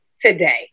today